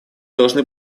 должны